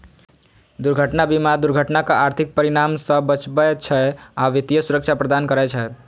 दुर्घटना बीमा दुर्घटनाक आर्थिक परिणाम सं बचबै छै आ वित्तीय सुरक्षा प्रदान करै छै